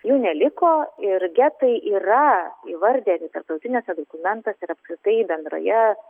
jų neliko ir getai yra įvardijami tarptautiniuose dokumentuose ir apskritai bendroje